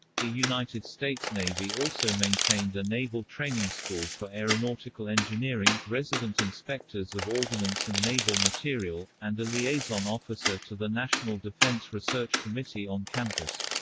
the united states navy also maintained a naval training school for aeronautical engineering, resident inspectors of ordinance and naval material, and a liaison officer to the national defense research committee on campus.